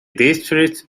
district